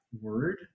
word